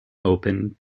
opened